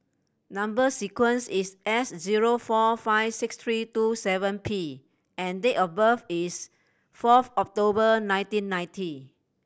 number sequence is S zero four five six three two seven P and date of birth is fourth October nineteen ninety